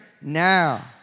now